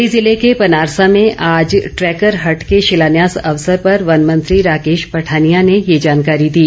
मण्डी जिले के पनारसा में आज ट्रैकर हट के शिलान्यास अवसर पर वन मंत्री राकेश पठानिया ने ये जानकारी दी